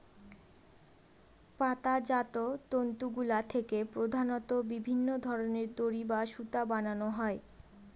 পাতাজাত তন্তুগুলা থেকে প্রধানত বিভিন্ন ধরনের দড়ি বা সুতা বানানো হয়